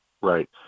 Right